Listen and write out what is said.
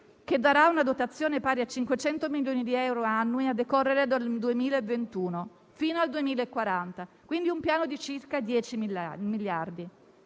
prevedrà una dotazione pari a 500 milioni di euro annui a decorrere dal 2021 fino al 2040: quindi un piano di circa 10 miliardi.